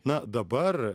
na dabar